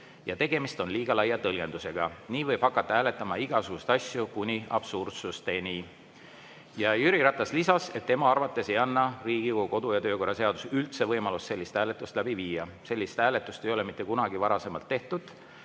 ja tegemist on liiga laia tõlgendusega. Nii võib hakata hääletama igasuguseid asju, absurdsusteni välja. Jüri Ratas lisas, et tema arvates ei anna Riigikogu kodu‑ ja töökorra seadus üldse võimalust sellist hääletust läbi viia. Sellist hääletust ei ole mitte kunagi varem tehtud